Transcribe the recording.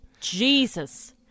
Jesus